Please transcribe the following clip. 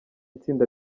itsinda